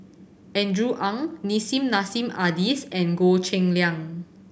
Andrew Ang Nissim Nassim Adis and Goh Cheng Liang